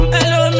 Hello